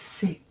six